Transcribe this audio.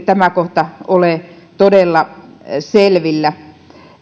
tämä kohta ole todella selvillä